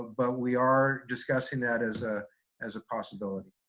ah but we are discussing that as ah as a possibility.